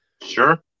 Sure